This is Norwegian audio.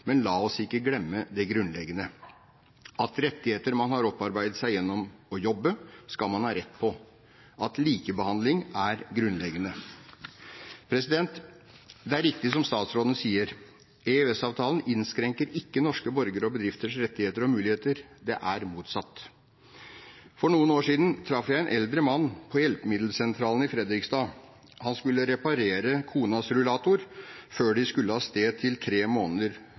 men la oss ikke glemme det grunnleggende: at rettigheter man har opparbeidet seg gjennom å jobbe, skal man ha rett på, at likebehandling er grunnleggende. Det er riktig, som statsråden sier: EØS-avtalen innskrenker ikke norske borgeres og bedrifters rettigheter og muligheter. Det er motsatt. For noen år siden traff jeg en eldre mann på hjelpemiddelsentralen i Fredrikstad. Han skulle reparere konas rullator, før de skulle av sted til et tre